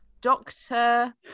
Doctor